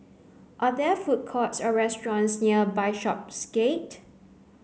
are there food courts or restaurants near Bishopsgate